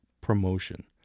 promotion